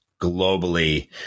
globally